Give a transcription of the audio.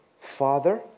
Father